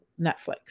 Netflix